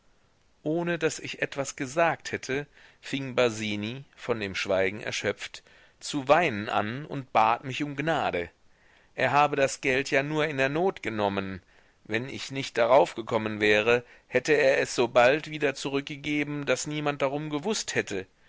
ohne daß ich etwas gesagt hätte fing basini von dem schweigen erschöpft zu weinen an und bat mich um gnade er habe das geld ja nur in der not genommen wenn ich nicht darauf gekommen wäre hätte er es so bald wieder zurückgegeben daß niemand darum gewußt hätte